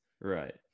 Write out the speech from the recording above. Right